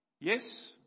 Yes